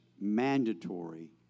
mandatory